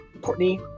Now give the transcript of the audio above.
Courtney